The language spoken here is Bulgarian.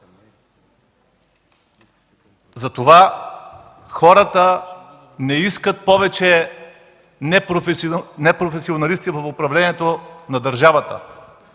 Затова хората не искат повече непрофесионалисти в управлението на държавата.